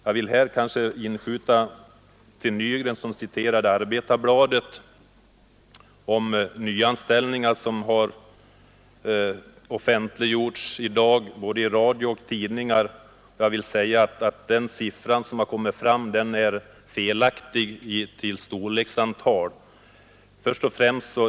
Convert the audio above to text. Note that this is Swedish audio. Herr Nygren sade att det i dag i både radio och press har offentliggjorts att nyanställningar kommer att göras vid Sandvik AB. Den siffra som därvid har nämnts är emellertid felaktig.